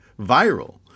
viral